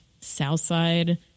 Southside